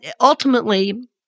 ultimately